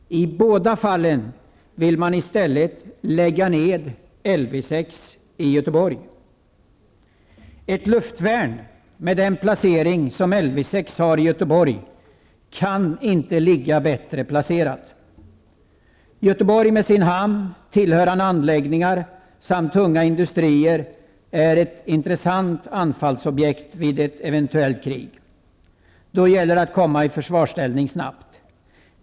I båda fallen vill man i stället lägga ned Lv 6 i Göteborg. Ett luftvärn med den placering som Lv 6 har i Göteborg kan inte vara bättre lokaliserat. Göteborg med sin hamn och tillhörande anläggningar samt tunga industrier är ett intressant anfallsobjekt vid ett eventuellt krig. Då gäller det att komma i försvarsställning snabbt.